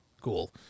cool